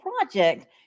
project